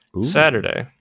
saturday